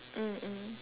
mm mm